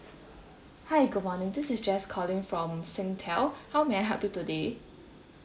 hi good morning this is jess calling from Singtel how may I help you today